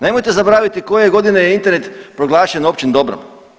Nemojte zaboraviti koje je godine Internet proglašen općim dobrom.